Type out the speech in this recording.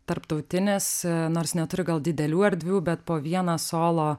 tarptautinis nors neturi gal didelių erdvių bet po vieną solo